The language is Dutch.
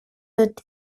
het